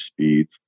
speeds